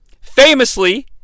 famously